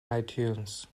itunes